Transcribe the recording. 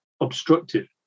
obstructive